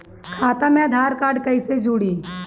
खाता मे आधार कार्ड कईसे जुड़ि?